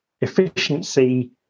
efficiency